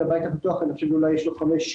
לבית הפתוח --- יש לו פטור,